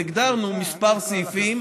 והשארנו כמה סעיפים